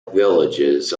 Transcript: villages